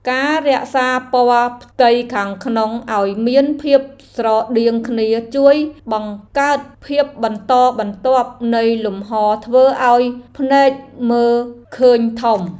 ការរក្សាពណ៌ផ្ទៃខាងក្នុងឱ្យមានភាពស្រដៀងគ្នាជួយបង្កើតភាពបន្តបន្ទាប់នៃលំហរធ្វើឱ្យភ្នែកមើលឃើញធំ។